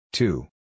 Two